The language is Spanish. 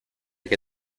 que